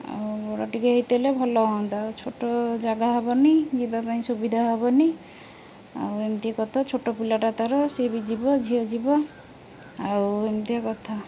ଆଉ ବଡ଼ ଟିକେ ହେଇଥିଲେ ଭଲ ହୁଅନ୍ତା ଆଉ ଛୋଟ ଜାଗା ହବନି ଯିବା ପାଇଁ ସୁବିଧା ହବନି ଆଉ ଏମିତି କଥା ଛୋଟ ପିଲାଟା ତର ସିଏ ବି ଯିବ ଝିଅ ଯିବ ଆଉ ଏମିତିଆ କଥା